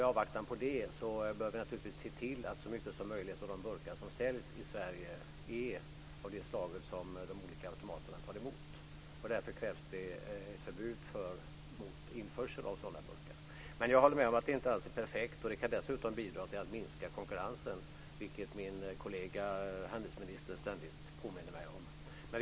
I avvaktan på detta arbete bör vi naturligtvis se till att så mycket som möjligt av de burkar som säljs i Sverige är av det slag som de olika automaterna tar emot. Därför krävs det ett förbud mot införsel av sådana burkar. Men jag håller med om att det inte alls är perfekt. Det kan dessutom bidra till att minska konkurrensen, vilket min kollega handelsministern ständigt påminner mig om.